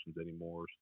anymore